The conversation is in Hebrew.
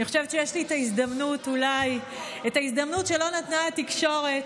אני חושבת שיש לי הזדמנות שלא נתנה לי התקשורת